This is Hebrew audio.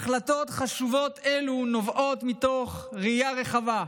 החלטות חשובות אלו נובעות מתוך ראייה רחבה,